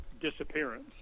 disappearance